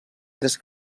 tres